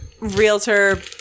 realtor